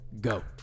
go